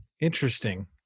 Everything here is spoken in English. interesting